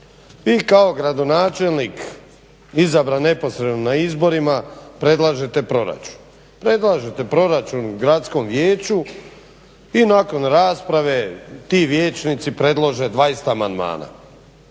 I kao gradonačelnik izabran neposredno na izborima predlažete proračun. Predlažete proračun gradskom vijeću i nakon rasprave ti vijećnici predlože 20 amandmana